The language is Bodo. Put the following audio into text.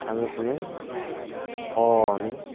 थाङै थुङै हनै